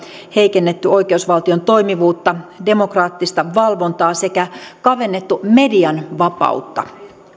heikennetty oikeusvaltion toimivuutta ja demokraattista valvontaa sekä kavennettu median vapautta